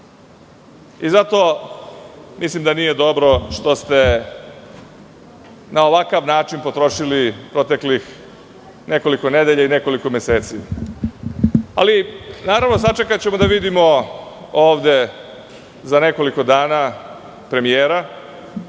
i zato mislim da nije dobro što ste na ovakav način potrošili nekoliko nedelja i nekoliko meseci. Sačekaćemo da vidimo ovde za nekoliko dana premijera,